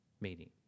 meeting